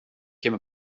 came